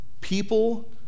People